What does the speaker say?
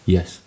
Yes